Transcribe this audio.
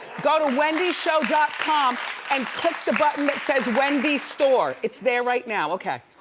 go to wendysshow dot com and click the button that says wendy's store. it's there right now. okay.